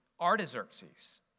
Artaxerxes